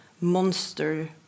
monster